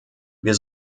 wir